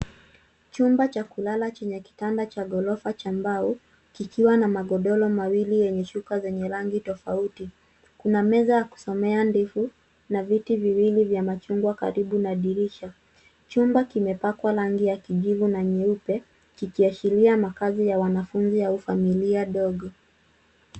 Chumba cha kulala chenye kitanda cha ghorofa cha mbao kikiwa na magodoro mawili yenye shuka zenye rangi tofauti. Kuna meza ya kusomea ndefu na viti viwili vya machungwa karibu na dirisha. Chumba kimepakwa rangi ya kijivu na nyeupe kikiashiria makazi ta wanafunzi au familia ndogo.